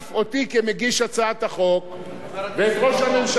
ואת ראש הממשלה ואת הממשלה כמי שיזמה את החוק הזה,